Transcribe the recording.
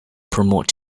promote